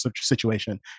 situation